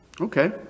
Okay